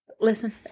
listen